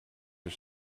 his